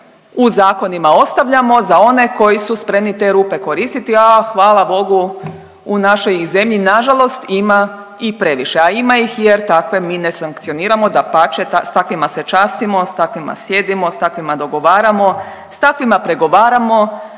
u zakonima ostavljamo za one koji su spremni te rupe koristiti, a hvala Bogu u našoj ih zemlji na žalost ima i previše, a ima ih jer takve mi ne sankcioniramo, dapače s takvima se častimo, s takvima sjedimo, s takvim dogovaramo, s takvima pregovaramo,